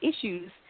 issues